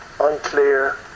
unclear